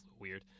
weird